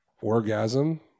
orgasm